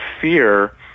fear